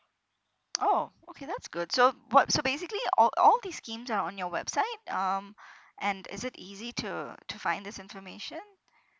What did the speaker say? oh okay that's good so what so basically all all these schemes are on your website um and is it easy to to find this information